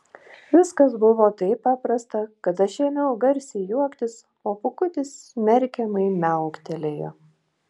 viskas buvo taip paprasta kad aš ėmiau garsiai juoktis o pūkutis smerkiamai miauktelėjo